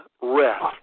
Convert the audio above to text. rest